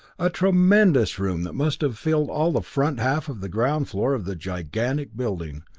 a tremendous room that must have filled all the front half of the ground floor of the gigantic building,